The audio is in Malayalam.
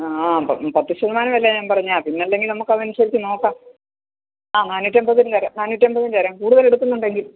ആ പത്ത് ശതമാനം വിലയാണ് ഞാൻ പറഞ്ഞത് ആ പിന്നെ അല്ലെങ്കിൽ നമുക്ക് അതനുസരിച്ച് നോക്കാം ആ നാനൂറ്റമ്പതിന് തരാം നാനൂറ്റമ്പതിന് തരാം കൂടുതൽ എടുക്കുന്നുണ്ടെങ്കിൽ